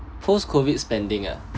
post COVID spending ah